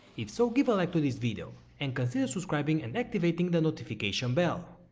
if so, give a like to this video and consider subscribing and activating the notification bell.